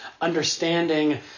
understanding